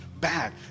bad